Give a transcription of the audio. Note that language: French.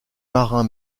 marin